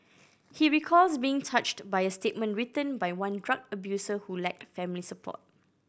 he recalls being touched by a statement written by one drug abuser who lacked family support